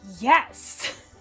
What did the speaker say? Yes